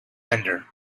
bender